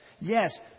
yes